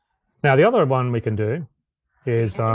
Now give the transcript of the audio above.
now the other one we can do is,